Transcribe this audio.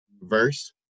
verse